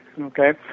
okay